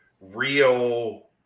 real